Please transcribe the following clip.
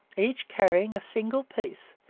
each carrying a single piece,